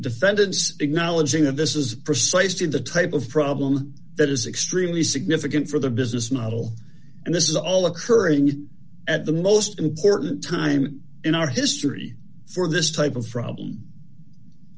defendants acknowledging that this is precisely the type of problem that is extremely significant for the business model and this is all occurring at the most important time in our history for this type of rob